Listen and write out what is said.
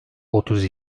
otuz